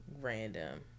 random